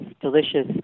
delicious